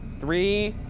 three,